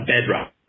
bedrock